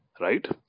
Right